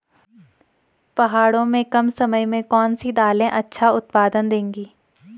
पहाड़ों में कम समय में कौन सी दालें अच्छा उत्पादन देंगी?